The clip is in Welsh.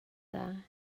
dda